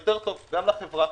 יותר טוב גם לחברה.